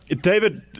david